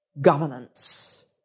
governance